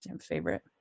favorite